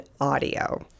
audio